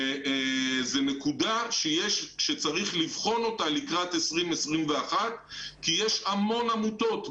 זו נקודה שצריך לבחון אותה לקראת 2021 כי יש המון עמותות,